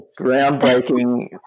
Groundbreaking